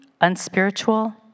unspiritual